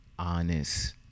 honest